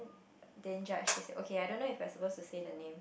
they judge okay I don't know if I supposed to say the name